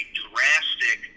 drastic